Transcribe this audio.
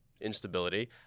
instability